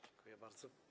Dziękuję bardzo.